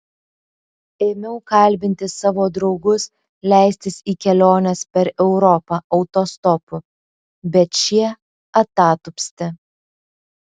ėmiau kalbinti savo draugus leistis į keliones per europą autostopu bet šie atatupsti